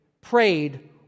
prayed